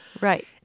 Right